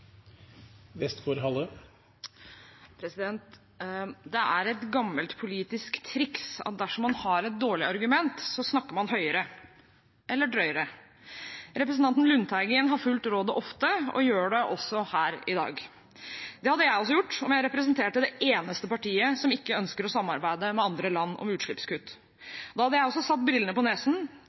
et gammelt politisk triks at dersom man har et dårlig argument, snakker man høyere eller drøyere. Representanten Lundteigen har fulgt rådet ofte og gjør det også i dag. Det hadde jeg også gjort om jeg representerte det eneste partiet som ikke ønsker å samarbeide med andre land om utslippskutt. Da hadde jeg også satt brillene på